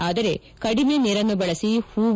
ಆದರೆ ಕಡಿಮೆ ನೀರನ್ನು ಬಳಸಿ ಹೂವು